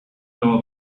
know